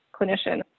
clinician